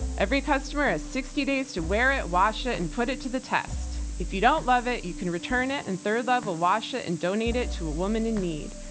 every customer has sixty days to wear it, wash it and put it to the test. if you don't love it, you can return it and third love will wash it and donate it to a woman in need.